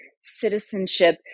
citizenship